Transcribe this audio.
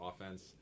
offense